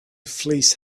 fleece